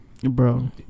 Bro